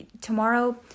Tomorrow